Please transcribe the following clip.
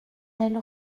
elle